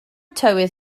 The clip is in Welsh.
tywydd